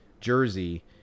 jersey